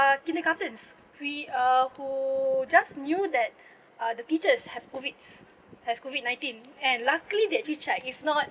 kindergartens free uh who just knew that uh the teachers have COVIDs has COVIDnineteen and luckily they actually check if not